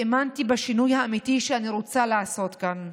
האמנתי בשינוי האמיתי שאני רוצה לעשות כאן,